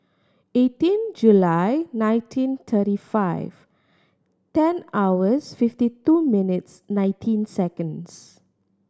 eighteen July nineteen thirty five ten hours fifty two minutes nineteen seconds